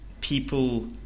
people